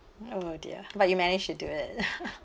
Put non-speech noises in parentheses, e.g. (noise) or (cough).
oh dear but you managed to do it (laughs)